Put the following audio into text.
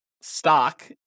stock